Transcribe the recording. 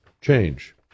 change